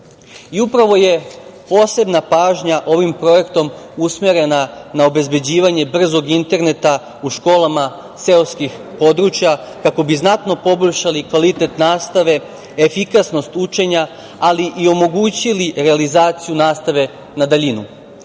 Upravo je posebna pažnja ovim projektom usmerena na obezbeđivanje brzog interneta u školama seoskih područja, kako bi znatno poboljšali kvalitet nastave, efikasnost učenja, ali i omogućili realizaciju nastave na daljinu.